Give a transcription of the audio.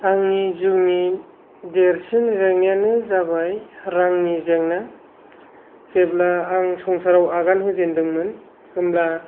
आंनि जिउनि देरसिन जेंनायानो जाबाय रांनि जेंना जेब्ला आं संसाराव आगान होजेनदोंमोन होनब्ला